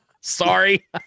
Sorry